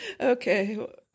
okay